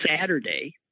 Saturday